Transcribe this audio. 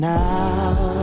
now